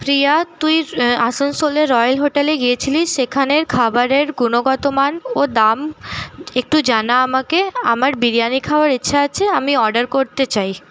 প্রিয়া তুই আসানসোলে রয়েল হোটেলে গিয়েছিলি সেখানের খাবারের গুণগত মান ও দাম একটু জানা আমাকে আমার বিরিয়ানি খাওয়ার ইচ্ছা আছে আমি অর্ডার করতে চাই